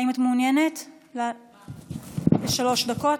האם את מעוניינת בשלוש דקות?